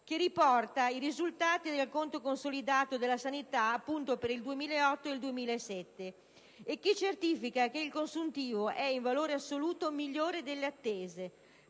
che riporta i risultati del conto consolidato della sanità per il 2008 e il 2007 e che certifica che il consuntivo è in valore assoluto migliore delle attese.